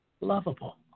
Lovable